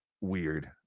weird